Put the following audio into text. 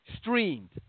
streamed